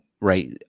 right